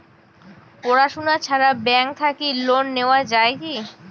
পড়াশুনা ছাড়া ব্যাংক থাকি লোন নেওয়া যায় কি?